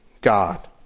God